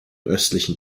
östlichen